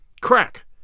Crack